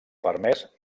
permès